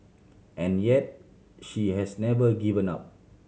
and yet she has never given up